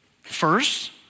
First